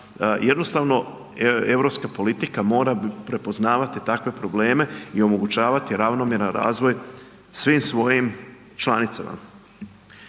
jednostavno europska politika mora prepoznavati takve probleme i omogućavati ravnomjeran razvoj svim svojim članicama.